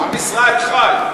עם ישראל חי.